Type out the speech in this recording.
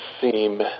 seem